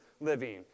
living